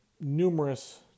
numerous